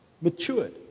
matured